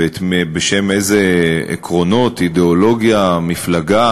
ובשם איזה עקרונות, אידיאולוגיה, מפלגה